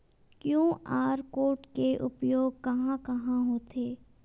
QR code के उपयोग कहां कहां होथे?